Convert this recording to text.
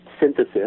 synthesis